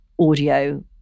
audio